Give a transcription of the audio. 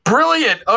Brilliant